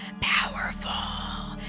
powerful